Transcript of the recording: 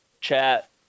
chat